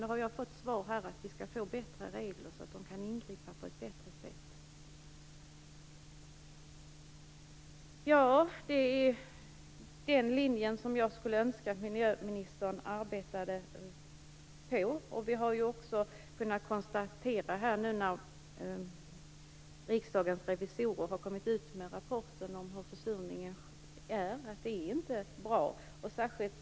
Nu har jag fått svar av miljöministern, att vi skall få bättre regler så att de kan ingripa på ett bättre sätt. Det är den linje som jag skulle önska att miljöministern arbetade efter. Riksdagens revisorer har kommit ut med en rapport om försurningen. Vi har kunnat konstatera att tillståndet inte är bra.